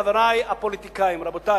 חברי הפוליטיקאים: רבותי,